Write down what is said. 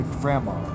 grandma